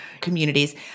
communities